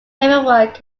paperwork